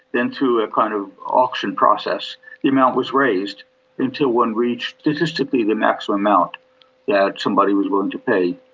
then through a kind of auction process the amount was raised until one reached statistically the maximum amount that somebody was willing to pay.